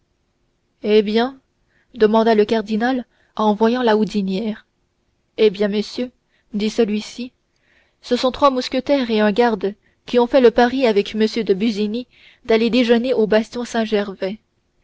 eh bien demanda le cardinal en voyant la houdinière eh bien monseigneur dit celui-ci ce sont trois mousquetaires et un garde qui ont fait le pari avec m de busigny d'aller déjeuner au bastion